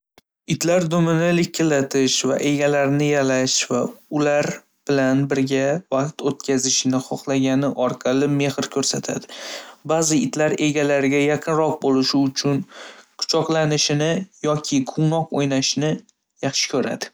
Itlar dumini likillatish, egalarini yalash va ular bilan birga vaqt o‘tkazishni xohlagani orqali mehr ko‘rsatadi. Ba'zi itlar egalariga yaqinroq bo‘lish uchun quchoqlanishni yoki quvnoq o‘ynashni yaxshi ko‘radi.